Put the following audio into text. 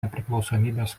nepriklausomybės